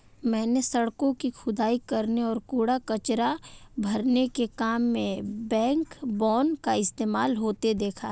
मैंने सड़कों की खुदाई करने और कूड़ा कचरा भरने के काम में बैकबोन का इस्तेमाल होते देखा है